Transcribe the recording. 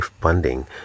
funding